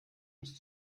ist